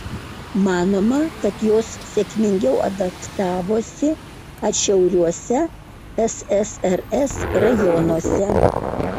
manoma kad jos sėkmingiau adaptavosi atšiauriuose ssrs rajonuose